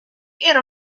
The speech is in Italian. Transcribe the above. era